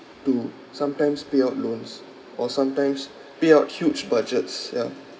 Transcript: to sometimes pay out loans or sometimes pay out huge budgets yeah